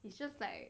it's just like